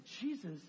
jesus